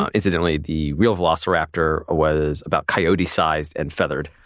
ah incidentally, the real velociraptor was about coyote-sized and feathered.